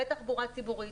ותחבורה ציבורית.